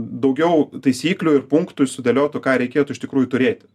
daugiau taisyklių ir punktų ir sudėliotų ką reikėtų iš tikrųjų turėti